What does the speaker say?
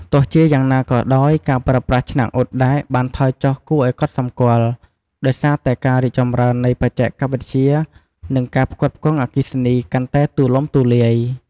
ទោះជាយ៉ាងណាក៏ដោយ ការប្រើប្រាស់ឆ្នាំងអ៊ុតដែកបានថយចុះគួរឱ្យកត់សម្គាល់ ដោយសារតែការរីកចម្រើននៃបច្ចេកវិទ្យា និងការផ្គត់ផ្គង់អគ្គិសនីកាន់តែទូលំទូលាយ។